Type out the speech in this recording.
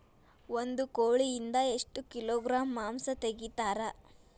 ಒಂದು ಕೋಳಿಯಿಂದ ಎಷ್ಟು ಕಿಲೋಗ್ರಾಂ ಮಾಂಸ ತೆಗಿತಾರ?